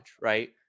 right